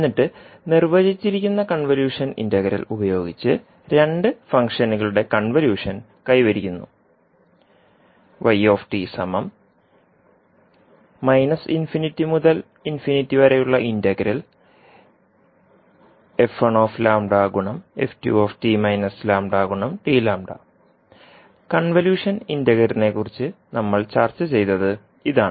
എന്നിട്ട് നിർവചിച്ചിരിക്കുന്ന convolution integral ഉപയോഗിച്ച് രണ്ട് ഫംഗ്ഷനുകളുടെ കൺവല്യൂഷൻ കൈവരിക്കുന്നു കൺവല്യൂഷൻ ഇന്റഗ്രലിനെക്കുറിച്ച് നമ്മൾ ചർച്ച ചെയ്തത് ഇതാണ്